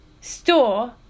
store